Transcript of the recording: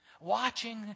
watching